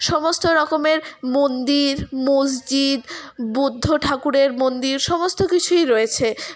সমস্ত রকমের মন্দির মসজিদ বুদ্ধ ঠাকুরের মন্দির সমস্ত কিছুই রয়েছে